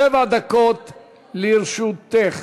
שבע דקות לרשותך.